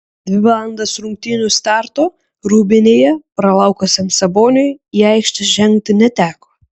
dvi valandas rungtynių starto rūbinėje pralaukusiam saboniui į aikštę žengti neteko